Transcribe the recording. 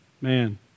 Man